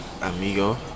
Amigo